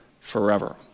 forever